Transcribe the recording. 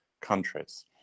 countries